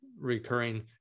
recurring